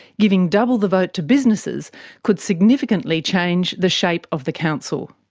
giving double the vote to businesses could significantly change the shape of the council.